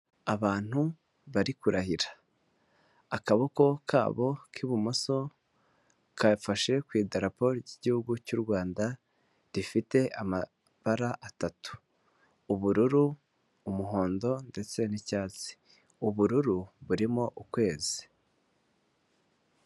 Abantu bari kurahira akaboko kabo k'ibumoso kafashe ku iraporo ry'igihugu cy'u Rwanda rifite amabara atatu ubururu, umuhondo ndetse n'icyatsi, ubururu burimo ukwezi.